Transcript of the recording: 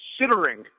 considering